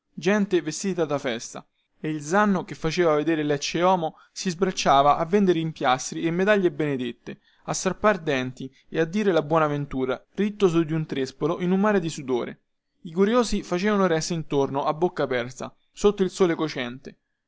gente vestita da festa e il zanno che faceva veder lecceomo e si sbracciava a vendere empiastri e medaglie benedette a strappare denti e a dire la buona ventura ritto su di un trespolo in un mare di sudore i curiosi facevano ressa intorno a bocca aperta sotto il sole cocente